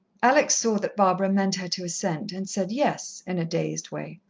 alex saw that barbara meant her to assent, and said yes in a dazed way.